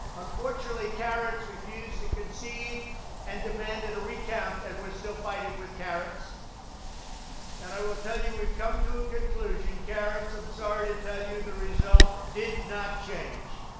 unfortunately, carrots refused to concede and demanded a recount. and we're still fighting with carrots and i will tell you, we've come to a conclusion. carrots, i'm sorry to tell you, the result did not change